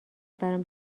برام